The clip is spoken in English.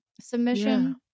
submission